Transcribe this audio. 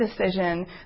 decision